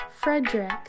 Frederick